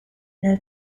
nel